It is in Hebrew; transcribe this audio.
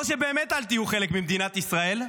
או שבאמת אל תהיו חלק ממדינת ישראל,